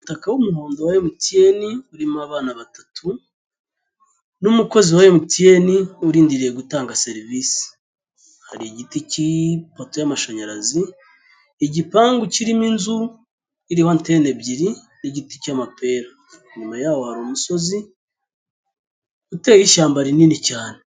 Umutaka w'umuhondo wa emutiyeni, urimo abana batatu n'umukozi wa emutiyene urindiriye gutanga serivisi, hari igiti cy'ipoto y'amashanyarazi, igipangu kirimo inzu iriho antene ebyiri, igiti cy'amapera, inyuma yaho hari umusozi uteyeho ishyamba rinini cyane.